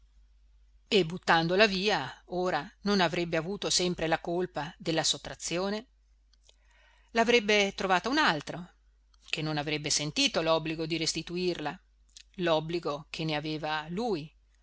e buttandola via ora non avrebbe avuto sempre la colpa della sottrazione l'avrebbe trovata un altro che non avrebbe sentito l'obbligo di restituirla l'obbligo che ne aveva lui